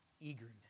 eagerness